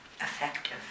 effective